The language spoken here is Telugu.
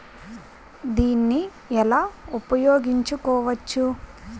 దీన్ని ఎలా ఉపయోగించు కోవచ్చు?